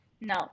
No